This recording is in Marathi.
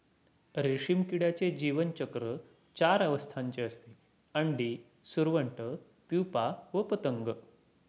रेशीम किड्याचे जीवनचक्र चार अवस्थांचे असते, अंडी, सुरवंट, प्युपा व पतंग